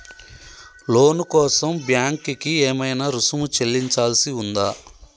లోను కోసం బ్యాంక్ కి ఏమైనా రుసుము చెల్లించాల్సి ఉందా?